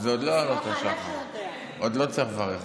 זה עוד לא עלות השחר, עוד לא צריך לברך.